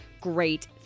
great